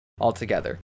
altogether